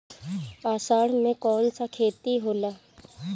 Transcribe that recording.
अषाढ़ मे कौन सा खेती होला?